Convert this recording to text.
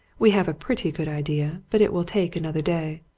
we have a pretty good idea, but it will take another day.